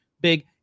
big